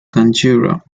conjurer